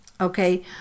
Okay